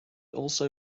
also